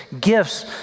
gifts